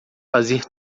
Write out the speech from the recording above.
fazer